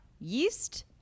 yeast